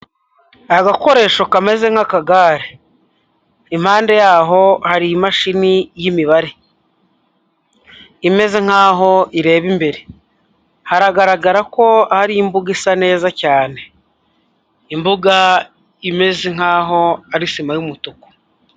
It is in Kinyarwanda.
Agakoresho kameze nka kagare impande yaho hari imashini y'imibare imeze nk'aho ireba imbere hagaragara ko hari imbuga isa neza cyane, imbuga imeze nk'aho ari sima y'umutuku.